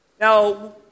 Now